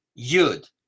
yud